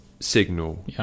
Signal